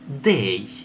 day